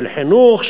של חינוך,